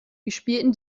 gespielten